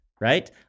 right